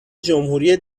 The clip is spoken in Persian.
جمهوری